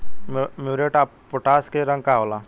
Muriate of potash के रंग का होला?